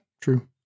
true